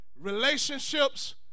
relationships